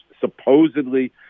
supposedly